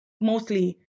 mostly